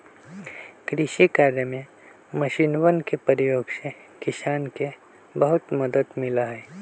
कृषि कार्य में मशीनवन के प्रयोग से किसान के बहुत मदद मिला हई